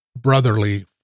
brotherly